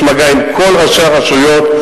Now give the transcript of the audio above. יש מגע עם כל ראשי הרשויות,